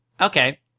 Okay